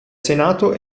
senato